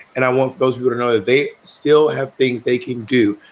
and i want those people to know that they still have things they can do.